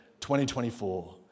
2024